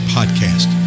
Podcast